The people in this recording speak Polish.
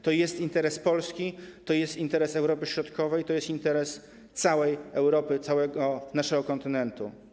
To jest interes Polski, to jest interes Europy Środkowej, to jest interes całej Europy, całego naszego kontynentu.